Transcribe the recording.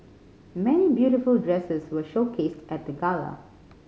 many beautiful dresses were showcased at the gala